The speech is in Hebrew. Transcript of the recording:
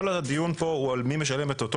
כל עוד הדיון פה הוא על מי משלם את אותו